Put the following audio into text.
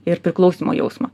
ir priklausymo jausmą